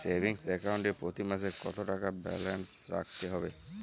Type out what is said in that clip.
Savings account এ প্রতি মাসে কতো টাকা ব্যালান্স রাখতে হবে?